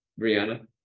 Brianna